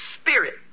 Spirit